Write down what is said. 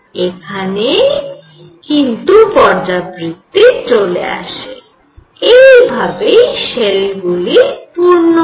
এখানেই কিন্তু পর্যাবৃত্তি চলে আসে এই ভাবেই শেল গুলি পূর্ণ হয়